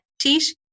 teach